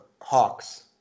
Hawks